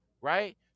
Right